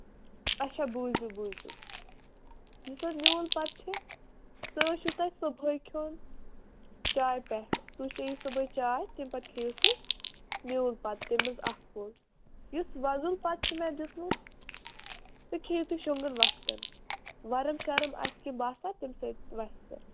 اَچھا بوٗزِو بوٗزِو یُس حظ میٛون پَتہٕ کھیٚے تہٕ وُچھِو تُہۍ صُبحے کھٮ۪ون چاے پٮ۪ٹھ تُہۍ چیٚیِو صُبحے چاے تَمہِ پَتہٕ کھیٚیِو سُہ میٛون پَتہٕ تَمہِ منٛز اَکھ پھوٚل یُس وۄزُل پَتہٕ چھُ مےٚ دیُمُت سُہ کھیٚیِو تُہۍ شۄنٛگَن وقتَن وَرُم شَرُم آسہِ کیٚنٛہہ باسان تَمہِ سۭتۍ وَسہِ